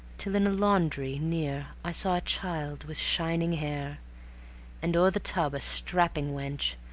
till in a laundry near i saw a child with shining hair and o'er the tub a strapping wench,